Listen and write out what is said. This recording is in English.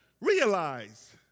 realize